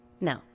No